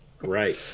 Right